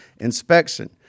inspection